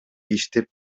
иштеп